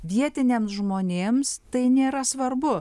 vietiniams žmonėms tai nėra svarbu